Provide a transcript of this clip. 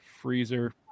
freezer